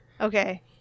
Okay